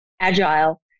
Agile